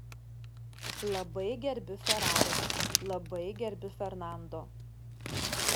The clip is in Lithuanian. labai gerbiu ferrari labai gerbiu fernando